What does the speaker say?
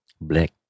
Black